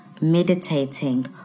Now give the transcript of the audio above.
meditating